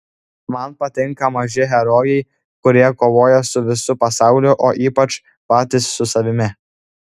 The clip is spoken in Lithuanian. man patinka maži herojai kurie kovoja su visu pasauliu o ypač patys su savimi